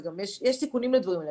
יש גם סיכונים לדברים האלה.